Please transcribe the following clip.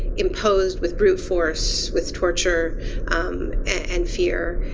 imposed with brute force, with torture and fear.